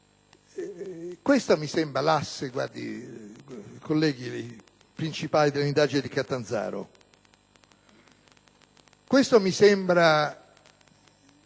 Questa mi sembra l'asse principale delle indagini di Catanzaro. Questo mi sembra